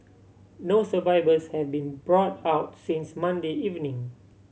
no survivors have been brought out since Monday evening